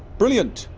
brilliant!